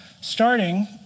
starting